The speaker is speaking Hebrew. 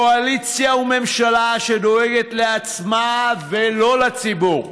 קואליציה וממשלה שדואגות לעצמן ולא לציבור,